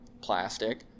plastic